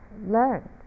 learned